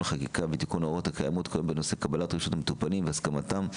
חקיקה ותיקון ההוראות הקיימות בנושא קבלת רשות המטופלים והסכמתם,